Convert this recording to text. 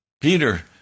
Peter